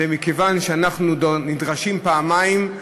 ומכיוון שאנחנו נדרשים פעמיים,